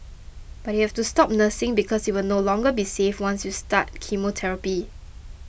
but you have to stop nursing because it will no longer be safe once you start chemotherapy